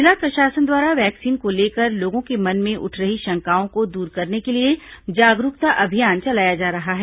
जिला प्रशासन द्वारा वैक्सीन को लेकर लोगों के मन में उठ रही शंकाओं को दूर करने के लिए जागरूकता अभियान चलाया जा रहा है